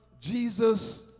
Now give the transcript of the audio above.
Jesus